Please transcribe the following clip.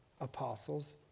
apostles